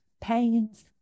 pains